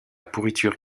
pourriture